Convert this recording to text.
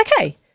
Okay